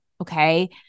Okay